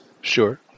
Sure